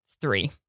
three